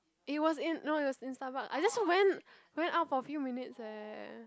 it was in no it was in Starbucks I just went went out for a few minutes eh